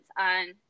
on